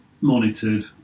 monitored